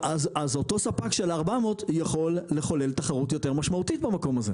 אותו ספק של 400 יכול לחולל תחרות יותר משמעותית במקום הזה.